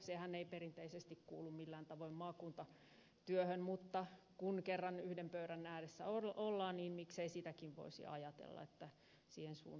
sehän ei perinteisesti kuulu millään tavoin maakuntatyöhön mutta kun kerran yhden pöydän ääressä ollaan niin miksei sitäkin voisi ajatella että siihen suuntaan mennään